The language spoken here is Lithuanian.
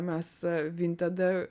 mes vintede